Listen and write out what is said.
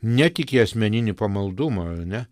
ne tik į asmeninį pamaldumą ar ne